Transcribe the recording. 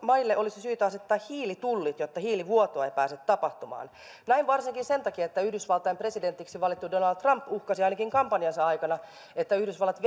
maille olisi syytä asettaa hiilitullit jotta hiilivuotoa ei pääse tapahtumaan näin varsinkin sen takia että yhdysvaltain presidentiksi valittu donald trump uhkasi ainakin kampanjansa aikana että yhdysvallat